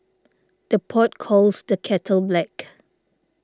the pot calls the kettle black